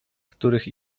których